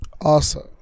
Awesome